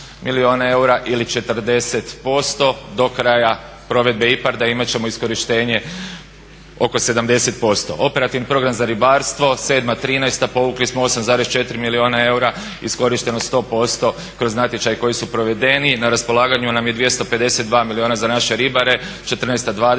milijuna eura ili 40%. Do kraja provedbe IPARD-a imat ćemo iskorištenje oko 70%. Operativni program za ribarstvo 2007.-2013. povukli smo 8,4 milijuna eura, iskorištenost 100% kroz natječaje koji su provedeni. Na raspolaganju nam je 252 milijuna za naše ribare.